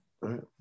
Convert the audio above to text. right